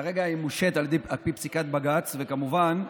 כרגע היא מושהית, על פי פסיקת בג"ץ, וכמובן,